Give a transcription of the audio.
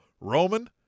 Roman